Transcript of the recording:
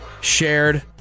shared